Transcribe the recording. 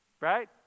Right